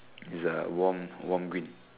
is a warm warm green